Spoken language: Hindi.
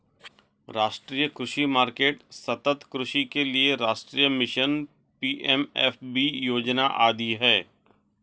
राष्ट्रीय कृषि मार्केट, सतत् कृषि के लिए राष्ट्रीय मिशन, पी.एम.एफ.बी योजना आदि है